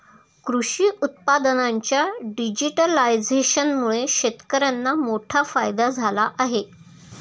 कृषी उत्पादनांच्या डिजिटलायझेशनमुळे शेतकर्यांना मोठा फायदा झाला आहे